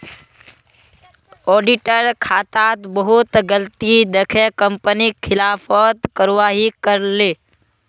auditor खातात बहुत गलती दखे कंपनी खिलाफत कारवाही करले